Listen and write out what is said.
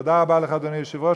תודה רבה לך, אדוני היושב-ראש.